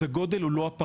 אז הגודל הוא לא הפרמטר.